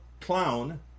clown